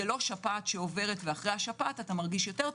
זה לא שפעת שעוברת ואחריה אתה מרגיש יותר טוב,